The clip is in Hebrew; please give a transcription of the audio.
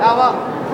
למה?